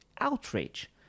outrage